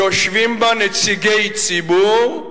יושבים בה נציגי ציבור.